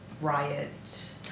riot